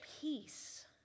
peace